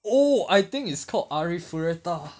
oh I think it's called arifureta